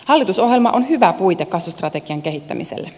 hallitusohjelma on hyvä puite kasvustrategian kehittämiselle